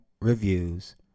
reviews